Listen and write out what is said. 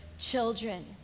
children